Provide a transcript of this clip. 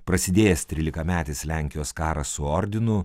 prasidėjęs trylikametis lenkijos karas su ordinu